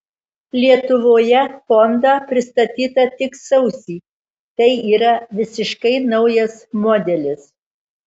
lietuvoje honda pristatyta tik sausį tai yra visiškai naujas modelis